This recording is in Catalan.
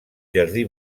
jardí